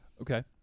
Okay